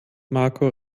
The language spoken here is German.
marco